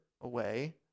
away